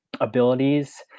abilities